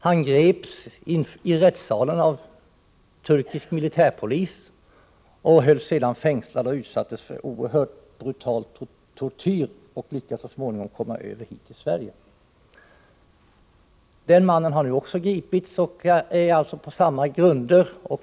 Där greps han i rättssalen av turkisk militärpolis, hölls sedan fängslad och utsattes för en oerhört brutal tortyr. Så småningom lyckades han komma hit till Sverige. Den mannen har alltså nu gripits på samma lösa grunder.